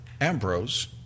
Ambrose